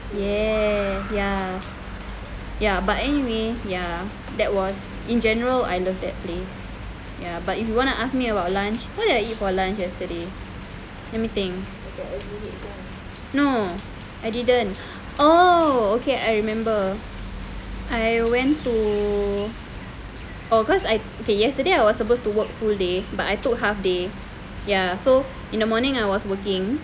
ya ya ya but anyway ya that was in general I love that place ya but if you wanna ask me about lunch what did I eat for lunch yesterday let me think no I didn't oh okay I remember I went to oh cause I okay yesterday I was supposed to work full day but I took half day ya so in the morning I was working